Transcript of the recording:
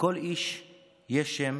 // לכל איש יש שם